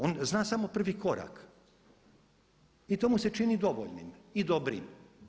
On zna samo prvi korak i to mu se čini dovoljnim i dobrim.